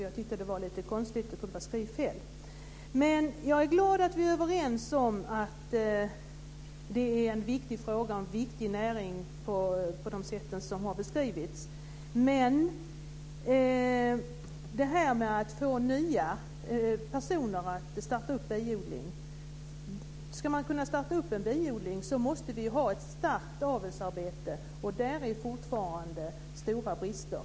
Jag tyckte att det var konstigt, och jag trodde att det var ett skrivfel. Jag är glad att vi är överens om att det är en viktig fråga och en viktig näring på de sätt som har beskrivits. Sedan är det frågan om att få nya personer att starta biodling. Om man ska kunna starta biodling måste det finnas ett starkt avelsarbete. Där finns fortfarande stora brister.